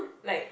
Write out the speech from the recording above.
like